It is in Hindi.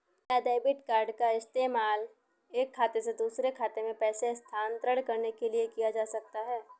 क्या डेबिट कार्ड का इस्तेमाल एक खाते से दूसरे खाते में पैसे स्थानांतरण करने के लिए किया जा सकता है?